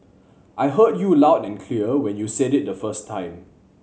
I heard you loud and clear when you said it the first time